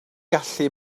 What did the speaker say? gallu